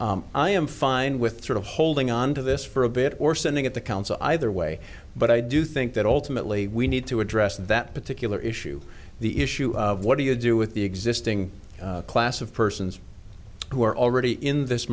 i am fine with sort of holding on to this for a bit or standing at the council either way but i do think that ultimately we need to address that particular issue the issue of what do you do with the existing class of persons who are already in this